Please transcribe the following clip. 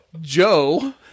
Joe